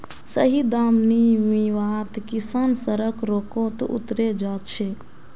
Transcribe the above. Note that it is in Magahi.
सही दाम नी मीवात किसान सड़क रोकोत उतरे जा छे